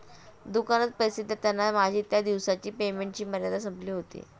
दुकानात पैसे देताना माझी त्या दिवसाची पेमेंटची मर्यादा संपली होती